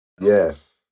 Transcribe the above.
Yes